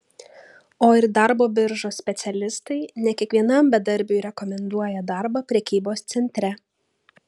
o ir darbo biržos specialistai ne kiekvienam bedarbiui rekomenduoja darbą prekybos centre